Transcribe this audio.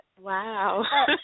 Wow